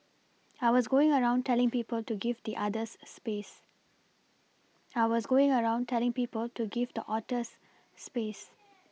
I was going around telling people to give the otters space